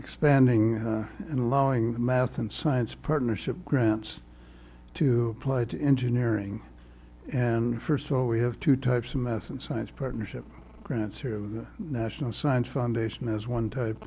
expanding and allowing math and science partnership grants to apply to engineering and for so we have two types of math and science partnership grants to the national science foundation as one type